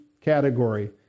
category